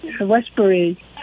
Westbury